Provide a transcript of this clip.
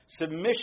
submission